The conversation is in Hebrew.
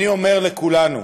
אני אומר לכולנו,